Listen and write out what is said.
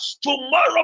tomorrow